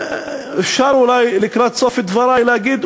אפשר אולי לקראת סוף דברי להגיד,